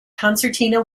concertina